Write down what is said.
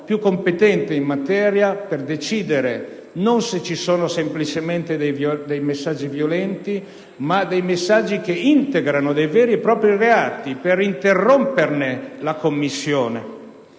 più competente in materia, per decidere non semplicemente se ci sono dei messaggi violenti, ma se ci sono dei messaggi che integrano dei veri e propri reati per interromperne la commissione.